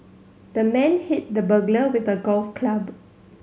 the man hit the burglar with a golf club